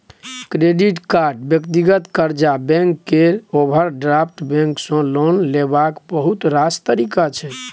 credit card, व्यक्तिगत कर्जा, bank केर ओवरड्राफ्ट बैंक सँ लोन लेबाक बहुत रास तरीका छै